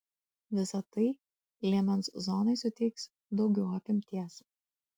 visa tai liemens zonai suteiks daugiau apimtiems